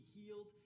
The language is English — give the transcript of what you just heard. healed